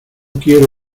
quiero